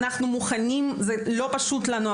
לא פשוט לנו,